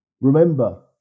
Remember